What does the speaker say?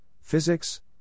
Physics